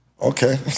Okay